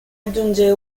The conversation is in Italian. aggiunge